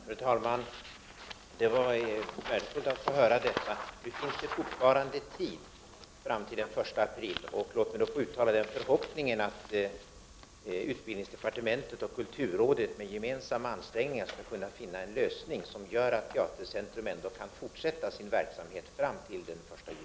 Fru talman! Det var värdefullt att få höra detta. Nu finns det fortfarande tid fram till den 1 april. Låt mig uttala förhoppningen att utbildningsdepartementet och kulturrådet med gemensamma ansträngningar skall kunna finna en lösning som gör att Teatercentrum ändå kan fortsätta sin verksamhet fram till den 1 juli.